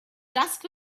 dusk